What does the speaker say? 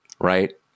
right